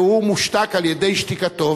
והוא מושתק על-ידי שתיקתו,